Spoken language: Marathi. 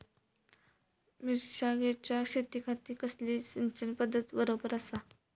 मिर्षागेंच्या शेतीखाती कसली सिंचन पध्दत बरोबर आसा?